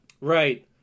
Right